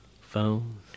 phones